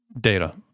data